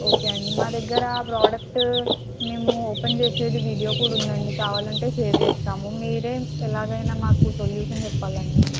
okay అండి మా దగ్గర ఆ ప్రాడక్ట్ మేము ఓపెన్ చేసేది వీడియో కూడా ఉందండి కావాలి అంటే షేర్ చేస్తాము మీరు ఎలాగైనా మాకు సొల్యూషన్ చెప్పాలి అండి